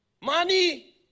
money